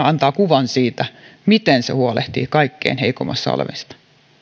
antaa kuvan se miten se huolehtii kaikkein heikoimmassa asemassa olevista